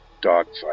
Dogfight